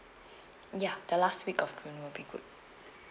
ya the last week of june will be good